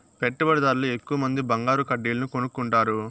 పెట్టుబడిదార్లు ఎక్కువమంది బంగారు కడ్డీలను కొనుక్కుంటారు